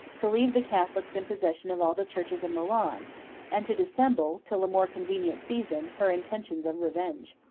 to leave the catholics in possession of all the churches of milan and to dissemble, till a more convenient season, her intentions of revenge.